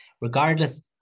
Regardless